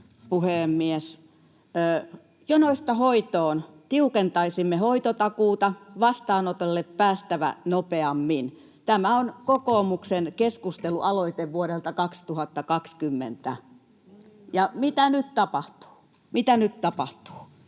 ”Jonoista hoitoon! Tiukentaisimme hoitotakuuta. Vastaanotolle on päästävä nopeammin.” Tämä on kokoomuksen keskustelualoite vuodelta 2020. Ja mitä nyt tapahtuu — mitä nyt tapahtuu?